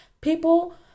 people